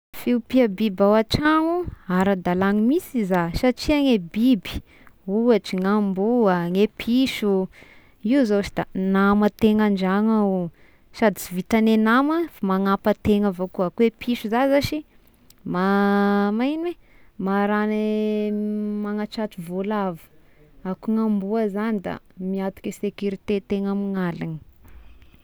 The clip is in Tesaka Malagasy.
Fiompia biby ao an-tragno ara-dalana misy iza, satria ny biby ohatry ny amboa, ne piso, io zao sy de nama-tegna an-dragno ao io, sady sy vitan'ny nama fa manampy an-tegna avao koa, koa e piso zao zashy ma-magnino eh magna re- magnatratry voalavo, a koa ny amboa zany da miantoka securité tegna amin'aligny.